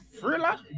thriller